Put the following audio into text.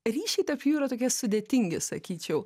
ryšiai tarp jų yra tokie sudėtingi sakyčiau